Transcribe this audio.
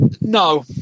No